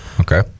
Okay